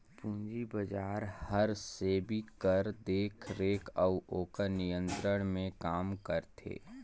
पूंजी बजार हर सेबी कर देखरेख अउ ओकर नियंत्रन में काम करथे